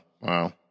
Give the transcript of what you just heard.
Wow